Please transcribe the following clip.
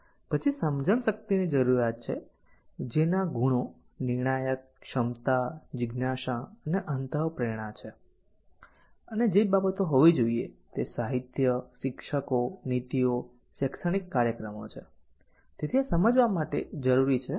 પછી સમજણશક્તિ ની જરૂરિયાત છે જેના ગુણો નિર્ણાયક ક્ષમતા જીજ્ઞાસા અને અંતપ્રેરણા છે અને જે બાબતો હોવી જોઈએ તે સાહિત્ય શિક્ષકો નીતિઓ શૈક્ષણિક કાર્યક્રમો છે તેથી આ સમજવા માટે જરૂરી છે